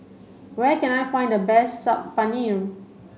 where can I find the best Saag Paneer